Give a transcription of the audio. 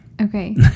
Okay